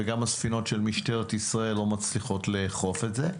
וגם הספינות של משטרת ישראל לא מצליחות לאכוף את זה.